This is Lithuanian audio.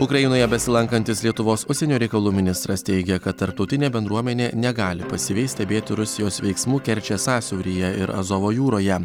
ukrainoje besilankantis lietuvos užsienio reikalų ministras teigė kad tarptautinė bendruomenė negali pasyviai stebėti rusijos veiksmų kerčės sąsiauryje ir azovo jūroje